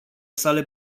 sale